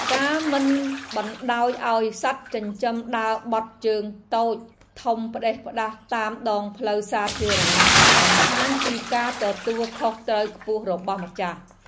ការមិនបណ្តោយឱ្យសត្វចិញ្ចឹមដើរបត់ជើងតូចធំផ្តេសផ្តាសតាមដងផ្លូវសាធារណៈបង្ហាញពីការទទួលខុសត្រូវខ្ពស់របស់ម្ចាស់។